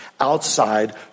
outside